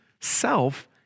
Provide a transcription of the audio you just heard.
self